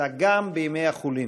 אלא גם בימי החולין.